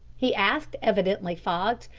he asked, evidently fogged,